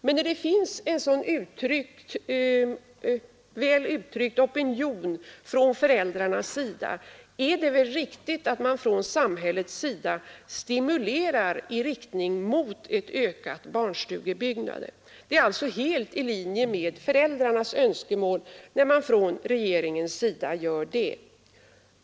Men när det finns en så väl utbyggd opinion från föräldrarnas sida är det väl riktigt att samhället stimulerar i riktning mot ett ökat barnstugebyggande. Det är alltså helt i linje med föräldrarnas önskemål när regeringen gör det.